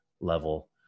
level